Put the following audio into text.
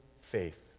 faith